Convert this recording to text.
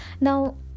Now